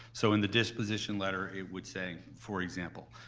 so in the disposition letter, it would say, for example,